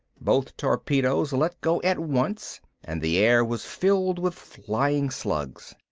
both torpedoes let go at once and the air was filled with flying slugs.